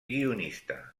guionista